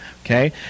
Okay